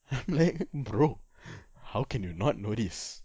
like bro how can you not know this